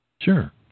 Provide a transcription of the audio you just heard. Sure